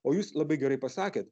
o jūs labai gerai pasakėt